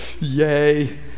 yay